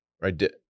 Right